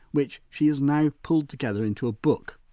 which she has now pulled together into a book.